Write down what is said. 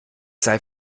sei